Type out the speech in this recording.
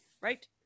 right